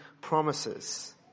promises